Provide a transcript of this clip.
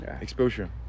Exposure